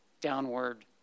downward